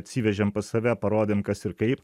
atsivežėm pas save parodėm kas ir kaip